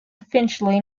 finchley